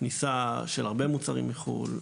כניסה של הרבה מוצרים מחו"ל,